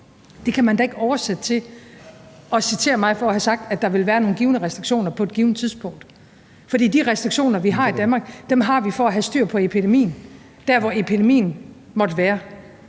Det kan man da ikke oversætte til at citere mig for at have sagt, at der vil være nogle givne restriktioner på et givent tidspunkt. For de restriktioner, vi har i Danmark, har vi for at have styr på epidemien dér, hvor epidemien måtte være.